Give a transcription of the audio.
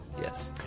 Yes